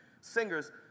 singers